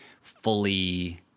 fully